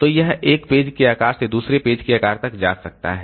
तो यह एक पेज के आकार से दूसरे पेज के आकार तक जा सकता है